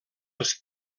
els